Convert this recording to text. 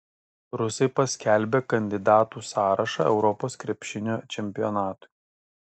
rusai paskelbė kandidatų sąrašą europos krepšinio čempionatui